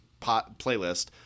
playlist